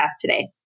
today